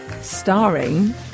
Starring